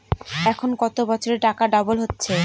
এখন কত বছরে টাকা ডবল হচ্ছে?